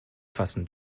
fassen